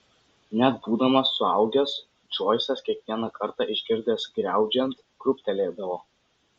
net būdamas suaugęs džoisas kiekvieną kartą išgirdęs griaudžiant krūptelėdavo